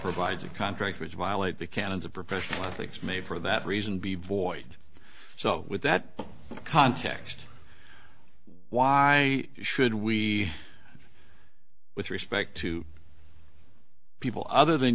by contract which violate the canons of professional athletes may for that reason be void so with that context why should we with respect to people other than